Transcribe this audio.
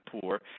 poor